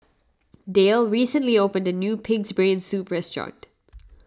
Dayle recently opened a new Pig's Brain Soup restaurant